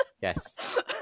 Yes